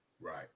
Right